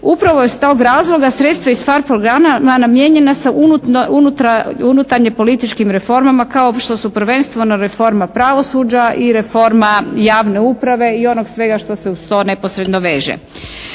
Upravo iz tog razloga sredstva iz PHARE programa namijenjena sa unutarnje političkim reformama kao što su prvenstveno reforma pravosuđa i reforma javne uprave i onog svega što se uz to neposredno veže.